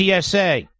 TSA